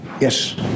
Yes